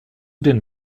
den